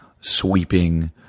sweeping